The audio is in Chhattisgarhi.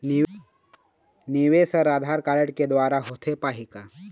निवेश हर आधार कारड के द्वारा होथे पाही का?